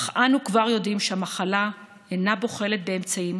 אך אנו כבר יודעים שהמחלה אינה בוחלת באמצעים